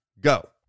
Go